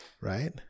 right